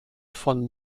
von